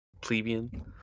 plebeian